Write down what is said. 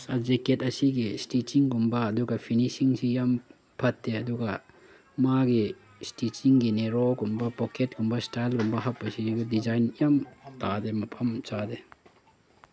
jacket ꯑꯁꯤꯒꯤ ꯏꯁꯇꯤꯆꯤꯡꯒꯨꯝꯕ ꯑꯗꯨꯒ ꯐꯤꯅꯤꯁꯤꯡꯁꯤ ꯌꯥꯝ ꯐꯠꯇꯦ ꯑꯗꯨꯒ ꯃꯥꯒꯤ ꯏꯁꯇꯤꯆꯤꯡꯒꯤ ꯅꯦꯔꯣꯒꯨꯝꯕ ꯄꯣꯀꯦꯠꯒꯨꯝꯕ ꯏꯁꯇꯥꯏꯜꯒꯨꯝꯕ ꯍꯥꯞꯄꯁꯤ ꯗꯤꯖꯥꯏꯟ ꯌꯥꯝ ꯇꯥꯗꯦ ꯃꯐꯝ ꯆꯥꯗꯦ